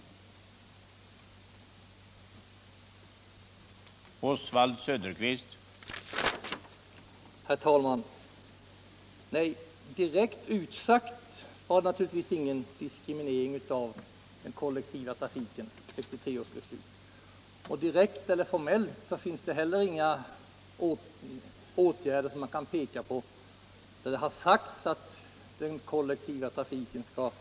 Torsdagen den